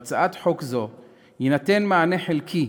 ולזכור כי בהצעת חוק זו ניתן מענה חלקי